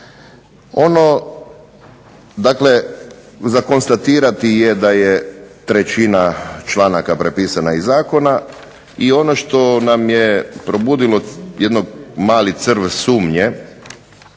Ono za konstatirati je da je trećina članaka prepisana iz Zakona i ono što nam je probudilo mali crv sumnje